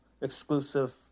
exclusive